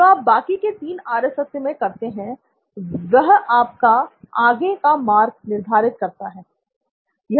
जो आप बाकी के तीन आर्य सत्य में करते हैं वह आपका आगे का मार्ग निर्धारित करता है